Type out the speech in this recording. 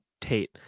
Tate